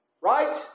right